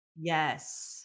Yes